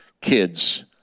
kids